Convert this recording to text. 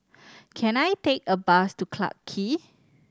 can I take a bus to Clarke Quay